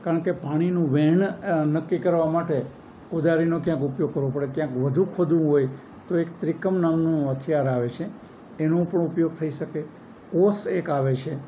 કારણ કે પાણીનું વહેણ નક્કી કરવા માટે કોદાળીનો ક્યાંક ઉપયોગ કરવો પડે ક્યાંક વધું હોય તો એક ત્રિકમ નામનું હથિયાર આવે છે એનો પણ ઉપયોગ થઈ શકે ઓસ એક આવે છે